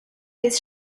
his